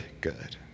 good